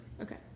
Okay